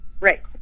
Right